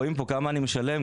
רואים פה כמה אני משלם,